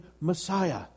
Messiah